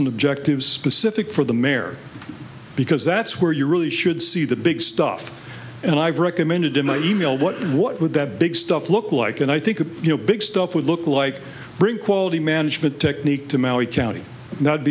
and objectives specific for the mayor because that's where you really should see the big stuff and i've recommended in my e mail what what would the big stuff look like and i think of you know big stuff would look like bring quality management technique to maui county